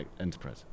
enterprise